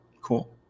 cool